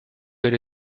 del